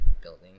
building